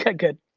good,